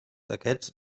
aquests